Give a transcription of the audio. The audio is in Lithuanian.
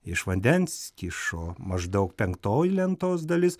iš vandens kyšo maždaug penktoji lentos dalis